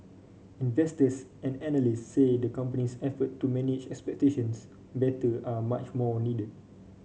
investors and analyst say the company's effort to manage expectations better are much more needed